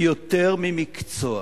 היא יותר ממקצוע,